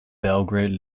belgrade